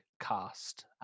cast